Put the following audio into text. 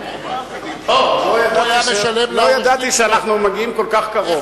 לא ידעתי שאנחנו מגיעים כל כך קרוב.